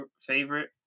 favorite